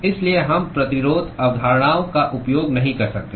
इसलिए हम प्रतिरोध अवधारणाओं का उपयोग नहीं कर सकते